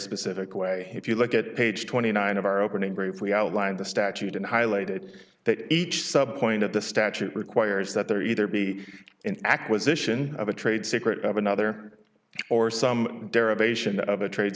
specific way if you look at page twenty nine of our opening brief we outlined the statute and highlighted that each sub point of the statute requires that there either be an acquisition of a trade secret of another or some derivation of a trade